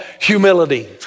humility